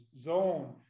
zone